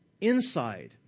Inside